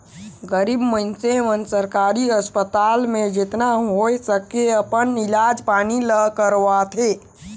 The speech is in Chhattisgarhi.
गरीब मइनसे मन सरकारी अस्पताल में जेतना होए सके अपन इलाज पानी ल करवाथें